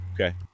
okay